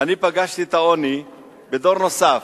פגשתי את העוני בדור נוסף,